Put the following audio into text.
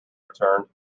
returned